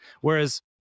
Whereas